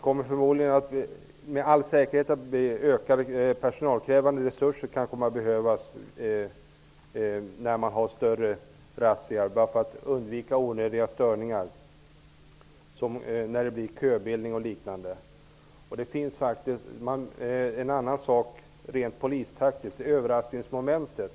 Med all säkerhet kommer det när man genomför större razzior att behövas en ökning av personalen för att man skall undvika onödiga störningar, som köbildning. En annan sak att ta hänsyn till rent polistaktiskt är överraskningsmomentet.